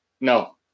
No